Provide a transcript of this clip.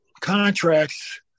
contracts